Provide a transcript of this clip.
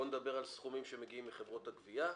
בואו נדבר על סכומים שמגיעים מחברות הגבייה,